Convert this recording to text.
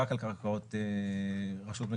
רק על קרקעות מדינה